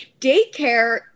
daycare